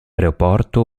aeroporto